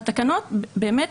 והתקנות באמת